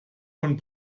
von